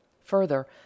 Further